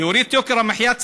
להוריד את יוקר המחיה.